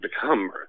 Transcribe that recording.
become